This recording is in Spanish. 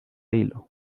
hilo